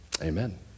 Amen